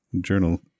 journal